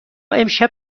امشب